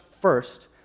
First